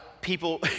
people